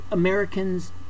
Americans